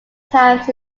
times